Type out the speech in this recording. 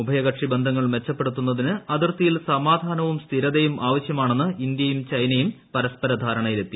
ഉഭയകക്ഷി ബന്ധങ്ങൾ മെച്ചപ്പെടുത്തുന്നതിന് അതിർത്തിയിൽ സമാധാനവും സ്ഥിരതയും ആവശ്യമാണെന്ന് ഇന്ത്യയും ഒള്ചെനയും പരസ്പര ധാരണയിലെത്തി